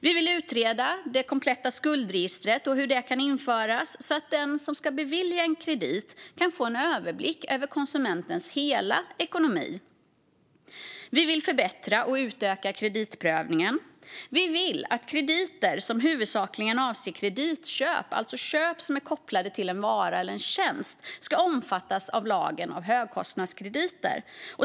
Vi vill utreda hur ett komplett skuldregister kan införas så att den som ska bevilja en kredit kan få överblick över konsumentens hela ekonomi. Vi vill förbättra och utöka kreditprövningen. Vi vill att krediter som huvudsakligen avser kreditköp, alltså köp kopplade till en vara eller tjänst, ska omfattas av lagen om högkostnadskrediter.